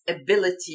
ability